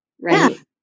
right